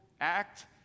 act